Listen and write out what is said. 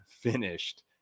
finished